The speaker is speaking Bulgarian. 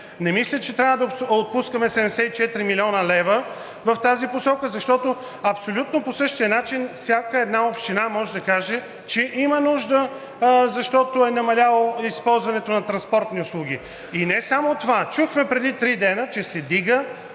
Не мисля, че трябва да отпускаме 74 млн. лв. в тази посока, защото абсолютно по същия начин всяка една община може да каже, че има нужда, защото е намаляло използването на транспортни услуги. И не само това – преди три дни чухме, че се вдига